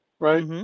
Right